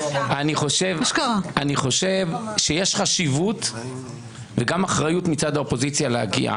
אני חושב שיש חשיבות וגם אחריות מצד האופוזיציה להגיע.